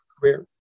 career